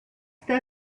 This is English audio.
that